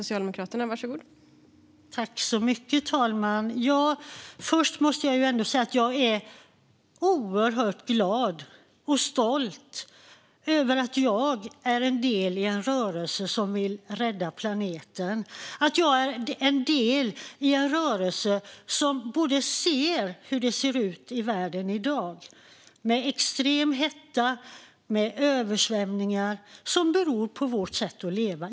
Fru talman! Först måste jag säga att jag är oerhört glad och stolt över att vara en del av en rörelse som vill rädda planeten. Jag är en del av en rörelse som ser hur det ser ut i världen i dag, med extrem hetta och översvämningar som beror på vårt sätt att leva.